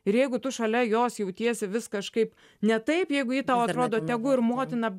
ir jeigu tu šalia jos jautiesi vis kažkaip ne taip jeigu ji tau atrodo tegu ir motina